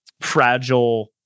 fragile